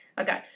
Okay